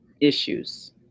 issues